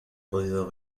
podido